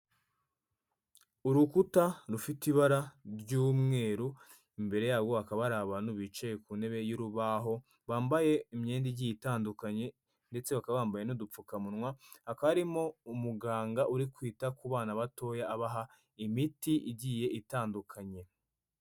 Urukuta rufite ibara ry'umweru imbere yabo habaka hari abantu bicaye ku ntebe y'urubaho bambaye imyenda igiye itandukanye ndetse bakaba bambaye n'udupfukamunwa hakaba harimo umuganga uri kwita ku bana batoya abaha imiti igiye itandukanye.